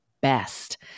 best